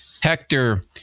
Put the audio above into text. Hector